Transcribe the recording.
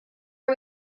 are